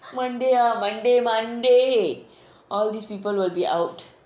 monday ah monday monday all these people will be out